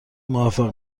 موفق